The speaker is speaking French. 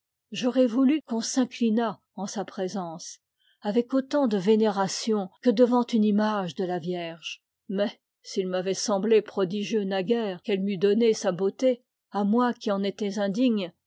j'aurais voulu qu'on s'inclinât en sa présence avec autant de vénération que devant une image de la vierge mais s'il m'avait semblé prodigieux naguère qu'elle m'eût donné sa beauté à moi qui en étais indigne